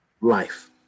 life